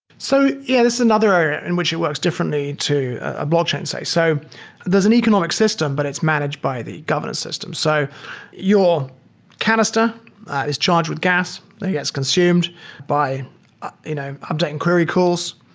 so yeah, this is another area in which it works differently to a blockchain site. so there's an economic system, but it's managed by the government system. so your canister is charged with gas. it gets consumed by you know updating query calls.